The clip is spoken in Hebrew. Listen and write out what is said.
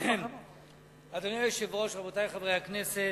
חברי הכנסת,